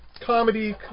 comedy